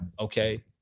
Okay